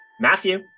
Matthew